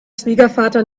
schwiegervater